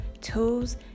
tools